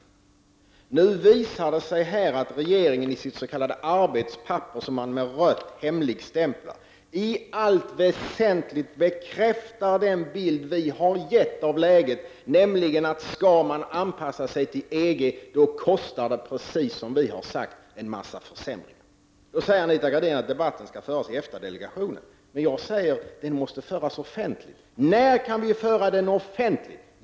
Men nu visar det sig att regeringen i sitt s.k. arbetspapper, som man har hemligstämplat med rött, i allt väsentligt bekräftar den bild som vi har gett av läget — skall man anpassa sig till EG, kostar det, precis som vi har sagt, i form av försämringar. Anita Gradin säger att den här debatten skall föras i EFTA-delegationen. Men jag hävdar att den måste föras offentligt. När kan vi föra debatten offentligt?